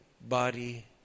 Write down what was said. body